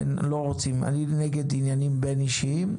אני נגד עניינים בין אישיים,